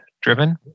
driven